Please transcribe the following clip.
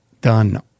done